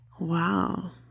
wow